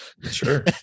Sure